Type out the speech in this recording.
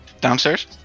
downstairs